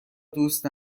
دوست